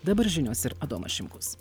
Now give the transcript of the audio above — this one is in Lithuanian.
dabar žinios ir adomas šimkus